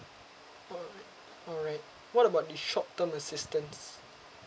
alright alright what about the short term assistance